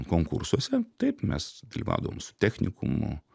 konkursuose taip mes dalyvaudavom su technikumu